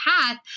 path